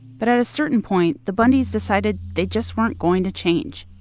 but at a certain point, the bundys decided they just weren't going to change.